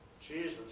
Jesus